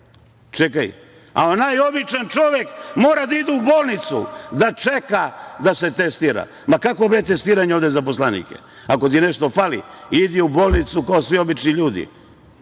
Čekaj, a onaj običan čovek mora da ide u bolnicu da čeka da se testira. Ma kakvo bre testiranje ovde za poslanike,? Ako ti nešto fali, idi u bolnicu kao svi obični ljudi.